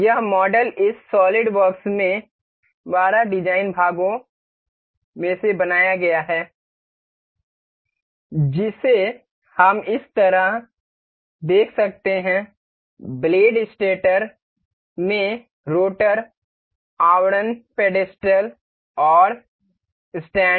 यह मॉडल इस सॉलिडवर्क्स में 12 डिज़ाइन भागों में से बनाया गया है जिसे हम इसे इस तरह देख सकते हैं ब्लेड स्टेटर में रोटर आवरण पेडस्टल और स्टैंड